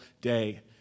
day